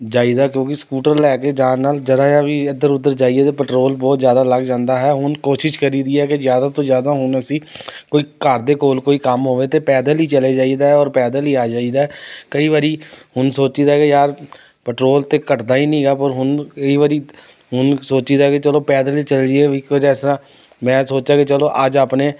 ਜਾਈਦਾ ਕਿਉਂਕਿ ਸਕੂਟਰ ਲੈ ਕੇ ਜਾਣ ਨਾਲ ਜ਼ਰਾ ਜਾ ਵੀ ਇੱਧਰ ਉੱਧਰ ਜਾਈਏ ਅਤੇ ਪਟਰੋਲ ਬਹੁਤ ਜ਼ਿਆਦਾ ਲੱਗ ਜਾਂਦਾ ਹੈ ਹੁਣ ਕੋਸ਼ਿਸ਼ ਕਰੀ ਦੀ ਹੈ ਕਿ ਜ਼ਿਆਦਾ ਤੋਂ ਜ਼ਿਆਦਾ ਹੁਣ ਅਸੀਂ ਕੋਈ ਘਰ ਦੇ ਕੋਲ ਕੋਈ ਕੰਮ ਹੋਵੇ ਅਤੇ ਪੈਦਲ ਹੀ ਚਲੇ ਜਾਈਦਾ ਹੈ ਔਰ ਪੈਦਲ ਹੀ ਆ ਜਾਈਦਾ ਹੈ ਕਈ ਵਰੀ ਹੁਣ ਸੋਚੀਦਾ ਕੇ ਯਾਰ ਪਟਰੋਲ 'ਤੇ ਘੱਟਦਾ ਹੀ ਨਹੀਂ ਹੈਗਾ ਪਰ ਹੁਣ ਕਈ ਵਰੀ ਹੁਣ ਸੋਚੀਦਾ ਹੈ ਕਿ ਚਲੋ ਪੈਦਲ ਹੀ ਚਲ ਜੀਏ ਵੀ ਕੁਝ ਇਸ ਤਰ੍ਹਾਂ ਮੈਂ ਸੋਚਾ ਕਿ ਚਲੋ ਅੱਜ ਆਪਣੇ